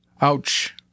Ouch